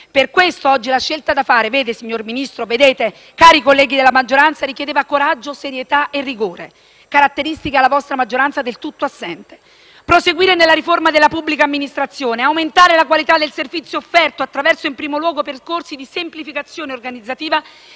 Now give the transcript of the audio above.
Per questo oggi la scelta da fare, signor Ministro, cari colleghi della maggioranza, richiedeva coraggio, serietà e rigore, caratteristiche del tutto assenti nella vostra maggioranza. Proseguire nella riforma della pubblica amministrazione, aumentare la qualità del servizio offerto in primo luogo attraverso percorsi di semplificazione organizzativa